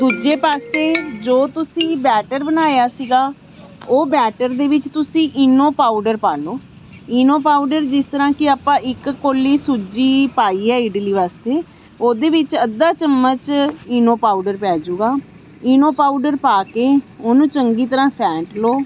ਦੂਜੇ ਪਾਸੇ ਜੋ ਤੁਸੀਂ ਬੈਟਰ ਬਣਾਇਆ ਸੀਗਾ ਉਹ ਬੈਟਰ ਦੇ ਵਿੱਚ ਤੁਸੀਂ ਈਨੋ ਪਾਊਡਰ ਪਾ ਲਉ ਇਨੋ ਪਾਊਡਰ ਜਿਸ ਤਰ੍ਹਾਂ ਕਿ ਆਪਾਂ ਇੱਕ ਕੋਲੀ ਸੂਜੀ ਪਾਈ ਹੈ ਇਡਲੀ ਵਾਸਤੇ ਉਹਦੇ ਵਿੱਚ ਅੱਧਾ ਚਮਚ ਇਨੋ ਪਾਊਡਰ ਪੈ ਜੂਗਾ ਇਨੋ ਪਾਊਡਰ ਪਾ ਕੇ ਉਹਨੂੰ ਚੰਗੀ ਤਰਾਂ ਫੈਂਟ ਲਉ